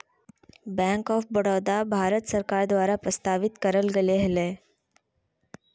bank of Baroda, Bharat सरकार द्वारा प्रस्तावित करल गेले हलय